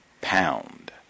pound